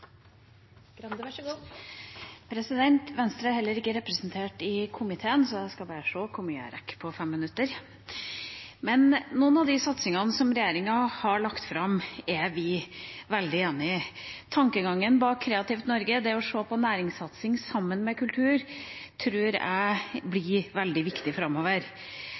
Venstre er heller ikke representert i komiteen, så jeg får se hvor mye jeg rekker på 5 minutter. Noen av de satsingene som regjeringen har lagt fram, er vi veldig enige i. Tankegangen bak Kreativt Norge er å se på næringssatsing sammen med kultur – det tror jeg blir veldig viktig framover.